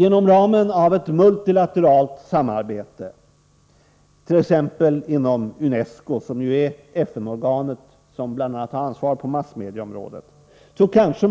Inom ramen för ett multilateralt samarbete, t.ex. med UNESCO, som är det FN-organ som bl.a. har ansvar för massmedieområdet, kan kanske